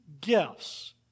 gifts